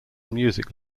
music